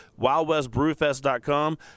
wildwestbrewfest.com